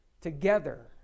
Together